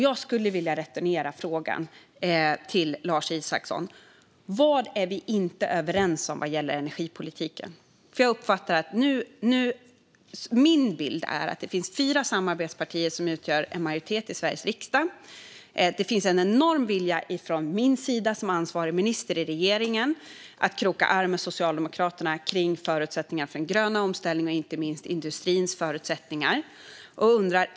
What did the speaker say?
Jag skulle vilja returnera frågan till Lars Isacsson: Vad är vi inte överens om vad gäller energipolitiken? Min bild är att det finns fyra samarbetspartier som utgör en majoritet i Sveriges riksdag. Det finns en enorm vilja från min sida som ansvarig minister i regeringen att kroka arm med Socialdemokraterna kring förutsättningarna för en grön omställning och inte minst industrins förutsättningar.